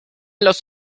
los